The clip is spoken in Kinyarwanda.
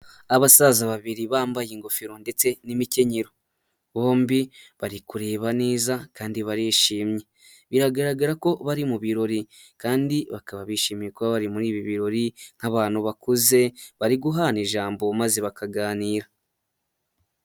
Abasaza babiri bambaye ingofero ndetse n'imikenyero. Bombi bari kureba neza kandi barishimye. Biragaragara ko bari mu birori kandi bakaba bishimiye kuba bari muri ibi birori, nk'abantu bakuze, bari guhana ijambo maze bakaganira.